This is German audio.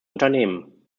unternehmen